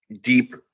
deep